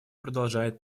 продолжает